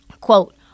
Quote